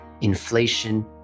inflation